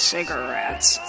Cigarettes